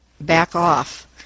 back-off